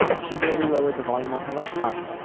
she barely lowered the volume on her laptop,